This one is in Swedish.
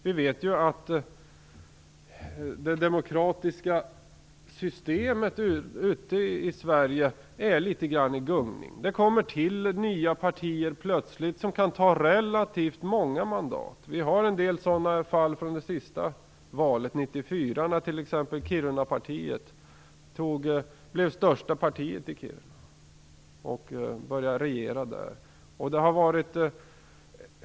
Vi vet att det demokratiska systemet ute i Sverige är litet grand i gungning. Det kommer plötsligt till nya partier som kan ta relativt många mandat. Vi har en del sådana fall från det senaste valet 1994, när t.ex. Kirunapartiet blev största partiet i Kiruna och började regera där.